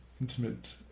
intimate